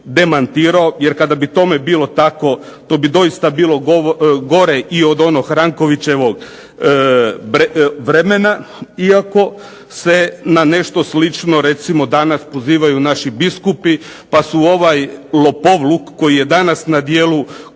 demantirao. Jer kada bi tome bilo tako to bi doista bilo gore i od onog Rankovićevog vremena. Iako se na nešto slično recimo danas pozivaju naši biskupi, pa su ovaj lopovluk koji je danas na djelu kroz